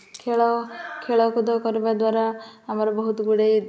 ଖେଳ ଖେଳକୁଦ କରିବା ଦ୍ୱାରା ଆମର ବହୁତ ଗୁଡ଼େ